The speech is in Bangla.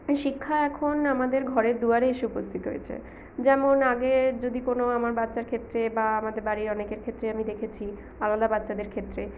শিক্ষা এখন আমাদের ঘরের দুয়ারে এসে উপস্থিত হয়েছে যেমন আগে যদি কোনও আমার বাচ্চার ক্ষেত্রে বা আমাদের বাড়ির অনেকের ক্ষেত্রে আমি দেখেছি আলাদা বাচ্চাদের ক্ষেত্রে